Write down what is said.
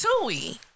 tui